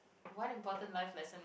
one important life lesson